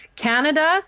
Canada